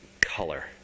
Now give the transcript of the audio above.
color